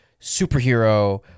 superhero